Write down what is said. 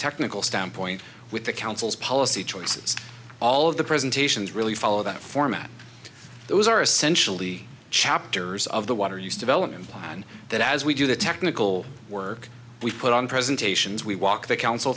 technical standpoint with the council's policy choices all of the presentations really follow that format those are essentially chapters of the water use development plan that as we do the technical work we put on presentations we walk the council